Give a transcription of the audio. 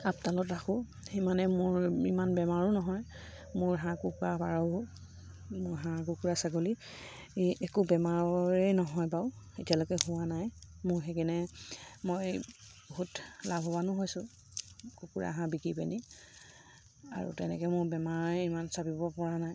আপডালত ৰাখোঁ সিমানে মোৰ ইমান বেমাৰো নহয় মোৰ হাঁহ কুকুৰা পাৰবোৰ মোৰ হাঁহ কুকুৰা ছাগলী একো বেমাৰো নহয় বাৰু এতিয়ালৈকে হোৱা নাই মোৰ সেইকাৰণে মই বহুত লাভৱানো হৈছোঁ কুকুৰা হাঁহ বিকি পিনি আৰু তেনেকৈ মোৰ বেমাৰে ইমান চাপিব পৰা নাই